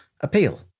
appeal